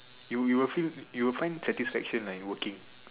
you you will feel you will find satisfaction lah in working